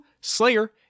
Slayer